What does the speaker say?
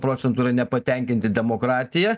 procentų yra nepatenkinti demokratija